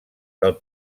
del